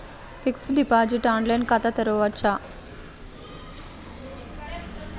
Fixed deposit online ఖాతా తెరువవచ్చా?